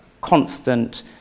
constant